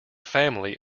family